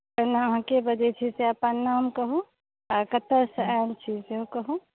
पहिने अहाँ के बजैत छी से अपन नाम कहू आ कतयसँ आयल छी सेहो कहू